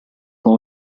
con